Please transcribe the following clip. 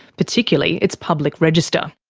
particularly its public register.